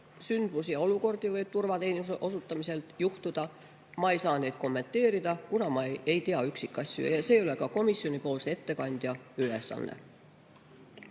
sündmusi ja olukordi võib turvateenuse osutamisel juhtuda. Ma ei saa neid kommenteerida, kuna ma ei tea üksikasju. Ja see ei ole ka komisjoni ettekandja ülesanne.